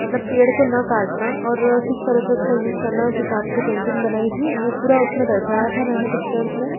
मतलब पेड़ को न काटना और किस तरह से उसका यूज करना है उस हिसाब से पेंटिंग बनाई थी वो पूरा उसमें दर्शाया था मैंने पिक्चर्स में